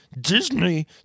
Disney